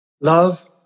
Love